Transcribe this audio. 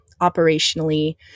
operationally